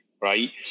right